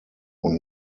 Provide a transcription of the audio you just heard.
und